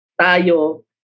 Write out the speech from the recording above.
tayo